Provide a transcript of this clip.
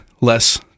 less